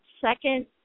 second